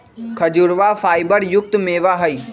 खजूरवा फाइबर युक्त मेवा हई